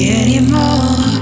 anymore